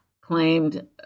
claimed